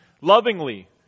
lovingly